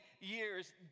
years